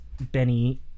Benny